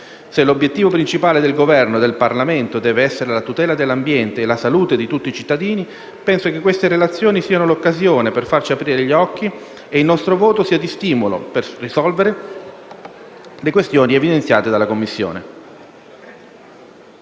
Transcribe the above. Se l'obiettivo principale del Governo e del Parlamento deve essere rappresentato dalla tutela dell'ambiente e dalla salute di tutti i cittadini, penso che le relazioni in esame siano l'occasione per farci aprire gli occhi e che il nostro voto possa essere uno stimolo a risolvere le questioni evidenziate dalla Commissione.